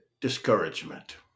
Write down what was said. discouragement